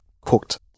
cooked